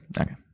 okay